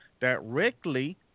directly